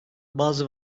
bazı